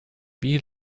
wie